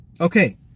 Okay